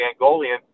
Angolian